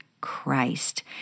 Christ